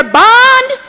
bond